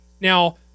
Now